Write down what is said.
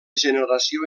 generació